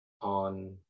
on